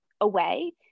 away